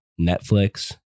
Netflix